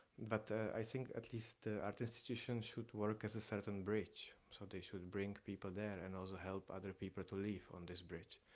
but i think at least our institution should work as a certain bridge, so they should bring people there and also help other people to live on this bridge.